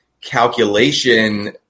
calculation